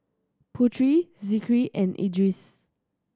Putri Zikri and Idris